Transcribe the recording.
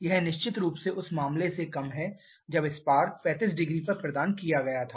यह निश्चित रूप से उस मामले से कम है जब स्पार्क 350 पर प्रदान किया गया था